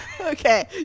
Okay